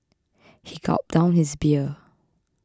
he gulped down his beer